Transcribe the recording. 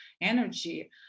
energy